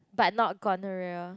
but not gonorrhea